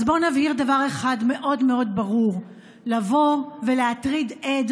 אז בואו נבהיר דבר אחד מאוד מאוד ברור: לבוא ולהטריד עד